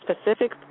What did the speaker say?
specific